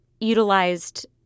utilized